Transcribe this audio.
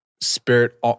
Spirit